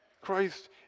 Christ